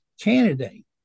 candidate